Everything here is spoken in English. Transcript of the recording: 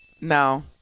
No